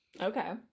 Okay